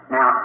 Now